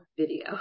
video